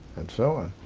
and so on.